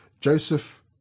Joseph